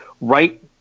right